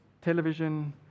television